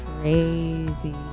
crazy